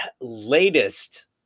latest